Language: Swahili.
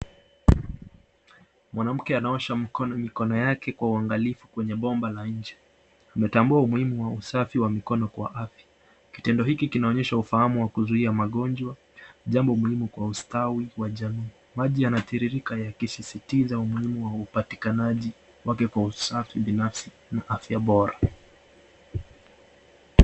Mwanamke anaosha mikono yake kwa uangalifu kwenye bomba la nje. Ametambua umuhimu wa usafi wa mikono kwa afya. Kitendo hiki kinaonyesha ufahamu wa kuzuia magonjwa, jambo muhimu kwa ustawi wa jamii. Maji yanatiririka yakistiza umuhimu wa upatikanaji wake kwa usafi binafsi na afya bora